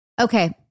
Okay